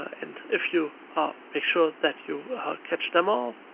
and if you ah make sure that you catch them all,